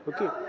Okay